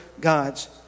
God's